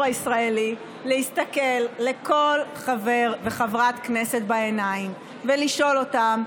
הישראלי להסתכל לכל חבר וחברת כנסת בעיניים ולשאול אותם: